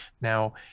Now